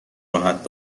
راحت